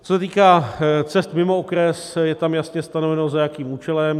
Co se týká cest mimo okres, je tam jasně stanoveno, za jakým účelem.